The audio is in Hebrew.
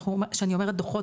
שאני אומרת דוחות,